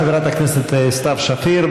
חברת הכנסת סתיו שפיר,